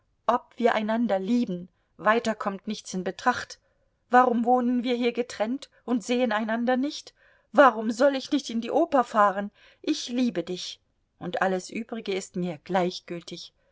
ob wir einander lieben weiter kommt nichts in betracht warum wohnen wir hier getrennt und sehen einander nicht warum soll ich nicht in die oper fahren ich liebe dich und alles übrige ist mir gleichgültig